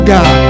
God